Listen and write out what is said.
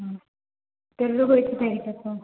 ആ ബില്ല് പോയിട്ട് മേടിച്ച് വെക്കോ